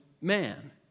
man